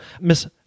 Miss